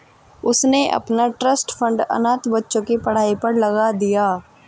उसने अपना trust fund अनाथ बच्चों की पढ़ाई पर लगा दिया